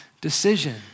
decision